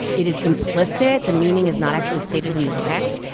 it is implicit. the meaning is not actually stated in the text.